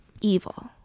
evil